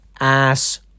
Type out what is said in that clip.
ass